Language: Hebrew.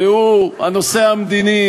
והוא הנושא המדיני